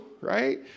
right